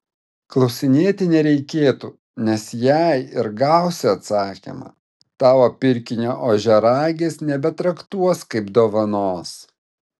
klausinėti nereikėtų nes jei ir gausi atsakymą tavo pirkinio ožiaragis nebetraktuos kaip dovanos